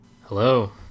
Hello